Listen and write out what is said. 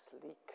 sleek